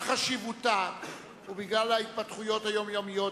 ועדת החוקה לגבי תיקון מס' 33 של הצעת חוק סדר הדין הפלילי אושרה.